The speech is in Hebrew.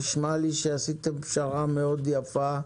נשמע לי שעשיתם פשרה מאוד יפה,